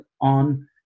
on